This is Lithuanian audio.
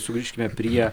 sugrįžkime prie